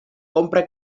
compra